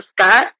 Scott